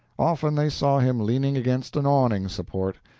often they saw him leaning against an awning support,